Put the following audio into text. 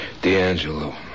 D'Angelo